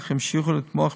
אך המשיכו לתמוך,